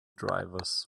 drivers